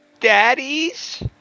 daddies